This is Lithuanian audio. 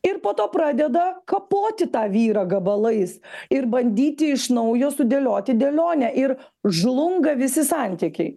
ir po to pradeda kapoti tą vyrą gabalais ir bandyti iš naujo sudėlioti dėlionę ir žlunga visi santykiai